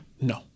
No